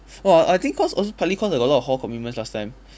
oh I I think cause also partly cause I got a lot of hall commitments last time